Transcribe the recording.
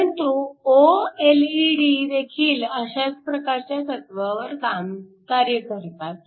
परंतु ओएलईडी देखील अशाच प्रकारच्या तत्वावर कार्य करतात